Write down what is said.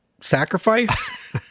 Sacrifice